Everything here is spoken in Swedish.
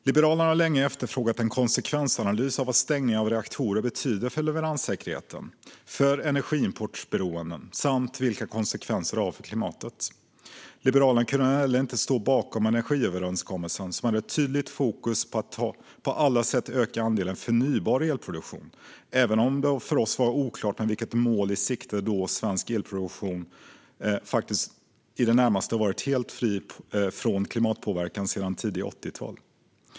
Liberalerna har länge efterfrågat en konsekvensanalys när det gäller vad stängningar av reaktorer betyder för leveranssäkerheten och för energiimportberoendet samt vilka konsekvenser de har för klimatet. Liberalerna kunde inte heller stå bakom energiöverenskommelsen, som hade ett tydligt fokus på att på alla sätt öka andelen förnybar el. För oss var det oklart vilket mål man hade i sikte, då svensk elproduktion faktiskt har varit i det närmaste helt fri från klimatpåverkan sedan tidigt 80tal.